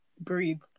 breathe